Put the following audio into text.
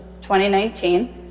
2019